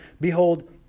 Behold